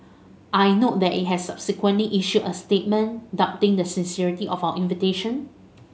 I note that it has subsequently issued a statement doubting the sincerity of our invitation